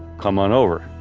come on over.